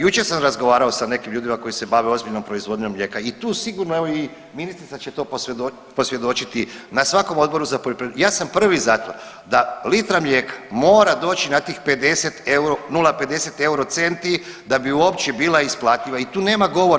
Jučer sam razgovarao sa nekim ljudima koji se bave ozbiljnom proizvodnjom mlijeka i tu sigurno i ministrica će to posvjedočiti na svakom Odboru za poljoprivredu, ja sam prvi za to da litra mlijeka mora doći na tih 0,50 euro centi da bi uopće bila isplativa i tu nema govora.